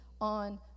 on